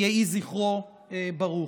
יהיה זכרו ברוך.